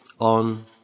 on